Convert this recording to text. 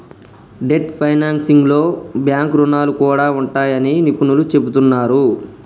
debt ఫైనాన్సింగ్లో bank రుణాలు కూడా ఉంటాయని నిపుణులు చెబుతున్నరు